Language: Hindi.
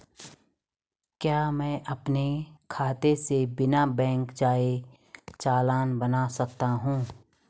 क्या मैं अपने खाते से बिना बैंक जाए चालान बना सकता हूँ?